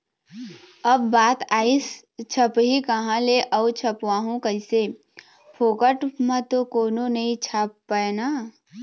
अब बात आइस छपही काँहा ले अऊ छपवाहूँ कइसे, फोकट म तो कोनो नइ छापय ना